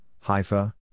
Haifa